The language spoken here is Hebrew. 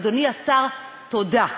אדוני השר, תודה.